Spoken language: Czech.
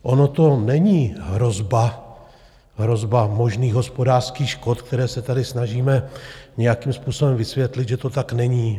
Ona to není hrozba, hrozba možných hospodářstvích, škod, které se tady snažíme nějakým způsobem vysvětlit, že to tak není.